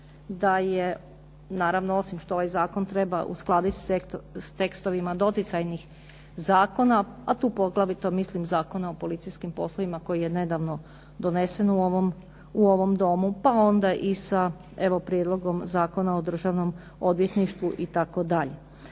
da je naravno osim što ovaj zakon treba uskladiti sa tekstovima doticajnih zakona, a tu poglavito mislim Zakona o policijskim poslovima koji je nedavno donesen u ovom Domu, pa onda i sa evo Prijedlogom zakona o državnom odvjetništvu itd.